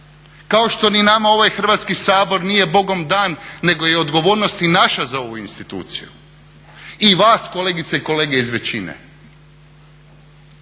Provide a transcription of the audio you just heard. kao što ni nama ovaj Hrvatski sabor nije Bogom dan nego je i odgovornost i naša za ovu instituciju i vas kolegice i kolege iz većine.